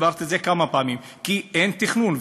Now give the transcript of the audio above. הסברתי את זה כמה פעמים, כי אין תכנון.